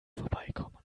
vorbeikommen